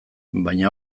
baina